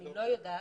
אני לא יודעת.